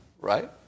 right